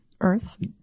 earth